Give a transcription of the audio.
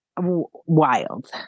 Wild